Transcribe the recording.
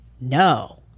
No